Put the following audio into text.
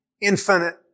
infinite